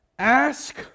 Ask